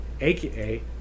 aka